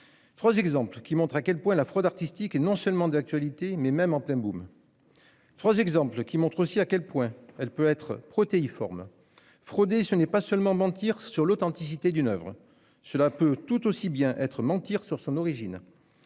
Trois exemples qui montrent à quel point la fraude artistique est non seulement d'actualité, mais même en plein boom. Trois exemples qui montrent aussi à quel point elle peut être protéiforme. Frauder, ce n'est pas seulement mentir sur l'authenticité d'une oeuvre. Cela peut tout aussi bien être mentir sur son origine.